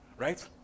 right